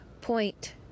point